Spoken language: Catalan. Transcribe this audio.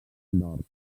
nord